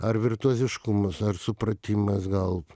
ar virtuoziškumas ar supratimas gal